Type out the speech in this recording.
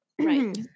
Right